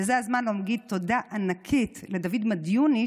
וזה הזמן להגיד תודה ענקית לדוד מדיוני,